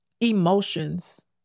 emotions